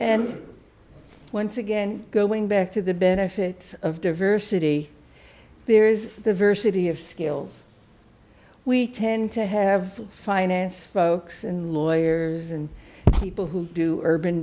and once again going back to the benefits of diversity there is the versity of skills we tend to have finance folks and lawyers and people who do urban